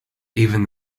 even